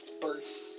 birth